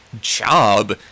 job